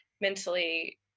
mentally